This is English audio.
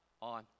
on